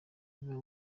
niba